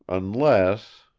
unless